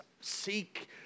seek